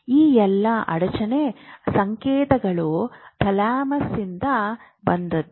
ಆ ಎಲ್ಲಾ ಅಡಚಣೆ ಸಂಕೇತಗಳು ಥಾಲಮಸ್ನಿಂದ ಬಂದವು